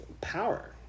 power